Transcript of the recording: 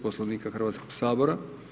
Poslovnika Hrvatskog sabora.